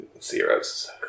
zeros